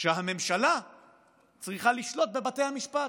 שהממשלה צריכה לשלוט בבתי המשפט,